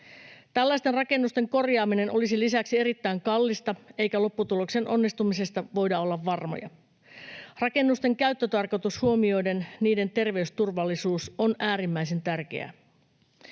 Tällaisten rakennusten korjaaminen olisi lisäksi erittäin kallista, eikä lopputuloksen onnistumisesta voida olla varmoja. Rakennusten käyttötarkoitus huomioiden niiden terveysturvallisuus on äärimmäisen tärkeää.